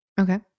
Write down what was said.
Okay